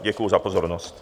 Děkuji za pozornost.